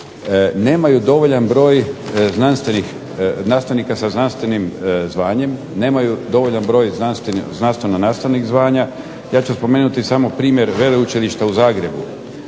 nemaju dovoljan broj znanstvenika sa znanstvenim zvanjem, nemaju dovoljan broj znanstveno nastavnih zvanja. Ja ću spomenuti samo primjer Veleučilišta u Zagrebu.